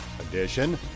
edition